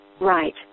Right